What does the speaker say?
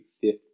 fifth